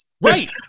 Right